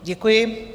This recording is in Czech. Děkuji.